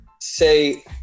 say